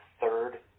third